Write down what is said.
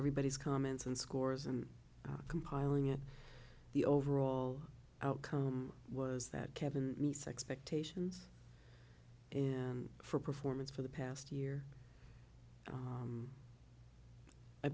everybody's comments and scores and compiling it the overall outcome was that kevin nice expectations for performance for the past year